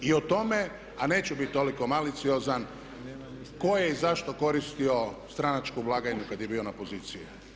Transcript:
I o tome, a neću biti toliko maliciozan, tko je i za što koristio stranačku blagajnu kad je bio na poziciji.